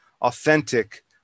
authentic